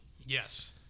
Yes